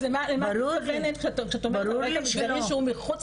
אז בגלל זה לא ברור לי רצח שהוא מחוץ